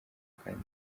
kandi